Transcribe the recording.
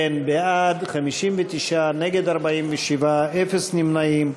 אם כן, בעד, 59, נגד, 47, אפס נמנעים.